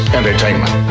entertainment